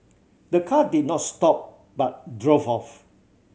the car did not stop but drove off